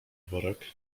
worek